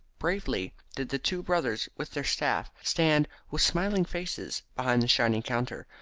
bravely did the two brothers with their staff stand with smiling faces behind the shining counter,